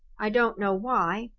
i don't know why.